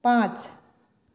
पांच